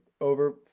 over